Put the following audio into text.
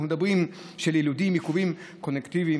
אנחנו מדברים על יילודים עם עיכובים קוגניטיביים,